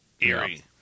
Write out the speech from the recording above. Eerie